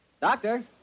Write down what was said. Doctor